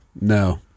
no